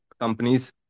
companies